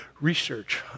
research